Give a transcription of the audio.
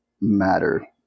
matter